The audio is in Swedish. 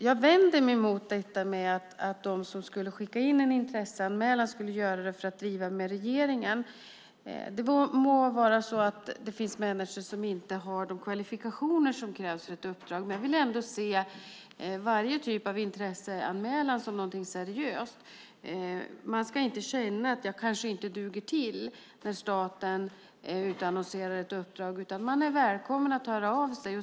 Jag vänder mig emot detta att de som skickar in intresseanmälningar skulle göra det för att driva med regeringen. Det må vara så att det finns människor som inte har de kvalifikationer som krävs för ett uppdrag, men jag vill ändå se varje typ av intresseanmälan som något seriöst. Man ska inte känna att man kanske inte duger när staten utannonserar ett uppdrag, utan man är välkommen att höra av sig.